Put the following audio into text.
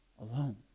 alone